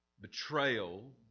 Betrayal